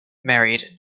married